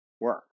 work